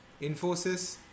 Infosys